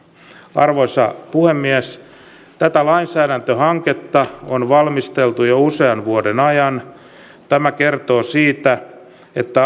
arvoisa puhemies tätä lainsäädäntöhanketta on valmisteltu jo usean vuoden ajan tämä kertoo siitä että